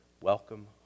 Welcome